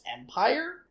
Empire